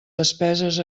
despeses